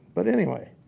but anyway,